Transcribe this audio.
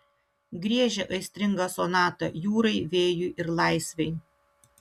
griežia aistringą sonatą jūrai vėjui ir laisvei